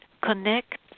connect